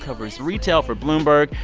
covers retail for bloomberg,